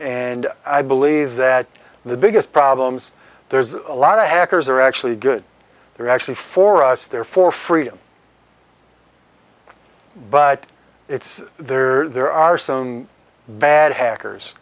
and i believe that the biggest problems there's a lot of hackers are actually good they're actually for us they're for freedom but it's there are there are some bad hackers